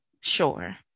Sure